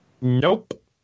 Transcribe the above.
Nope